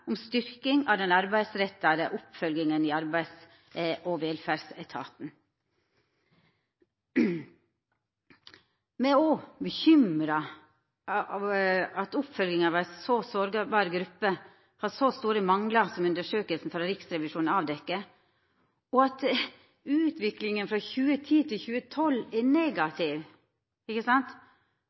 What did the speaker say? om styrking av den arbeidsretta oppfølginga i arbeids- og velferdsetaten. Me er også bekymra over at oppfølginga av ei så sårbar gruppe har så store manglar som undersøkinga frå Riksrevisjonen har avdekt, og at utviklinga frå 2010 til 2012 er negativ.